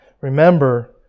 Remember